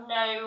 no